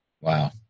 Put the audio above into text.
Wow